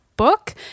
book